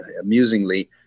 amusingly